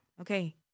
Okay